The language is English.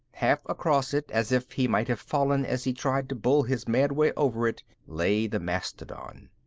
half across it, as if he might have fallen as he tried to bull his mad way over it, lay the mastodon.